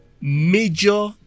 major